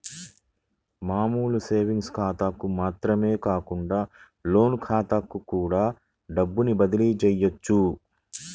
మామూలు సేవింగ్స్ ఖాతాలకు మాత్రమే కాకుండా లోన్ ఖాతాలకు కూడా డబ్బుని బదిలీ చెయ్యొచ్చు